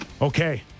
Okay